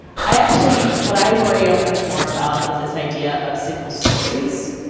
i actually what i worry much more about is this idea of single stories,